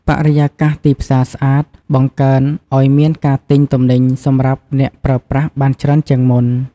បរិយាកាសទីផ្សារស្អាត បង្កើនឲ្យមានការទិញទំនិញសម្រាប់អ្នកប្រើប្រាស់បានច្រើនជាងមុន។